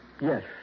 Yes